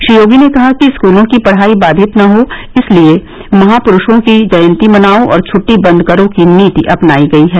श्री योगी ने कहा कि स्कूलों की पढ़ाई बाधित न हो इसलिए महापुरुषों की जयंती मनाओ और छट्टी बंद करो की नीति अपनाई गई है